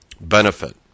benefit